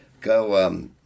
go